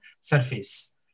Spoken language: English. surface